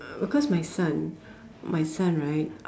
because my son my son right